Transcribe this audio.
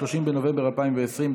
30 בנובמבר 2020,